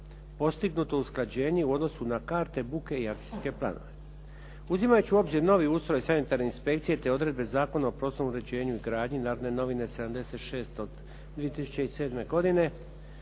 postignuto usklađenje u odnosu na …/Govornik se ne razumije./… buke i akcijske planove. Uzimajući u obzir novi ustroj sanitarne inspekcije te odredbe Zakona o prostornom uređenju i gradnji "Narodne novine" br. 76/07.,